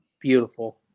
Beautiful